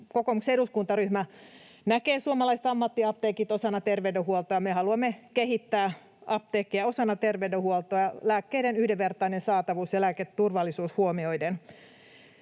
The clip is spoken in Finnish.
Kokoomuksen eduskuntaryhmä näkee suomalaiset ammattiapteekit osana terveydenhuoltoa, ja me haluamme kehittää apteekkeja osana terveydenhuoltoa lääkkeiden yhdenvertainen saatavuus ja lääketurvallisuus huomioiden.